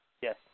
Yes